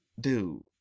Dude